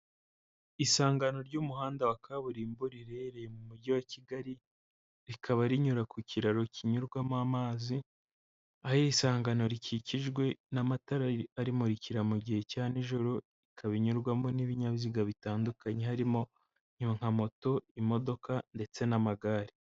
Isangano ry'umuhanda wa kaburimbo riherereye mu mujyi wa Kigali, rikaba rinyura ku kiraro kinyurwamo amazi, aho isangano rikikijwe n'amatara arimurikira mu gihe cya n'ijiro, ikaba inyurwamo n'ibinyabiziga bitandukanye harimo nka moto, imodoka ndetse n'amagare.